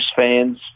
fans